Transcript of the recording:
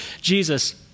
Jesus